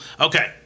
Okay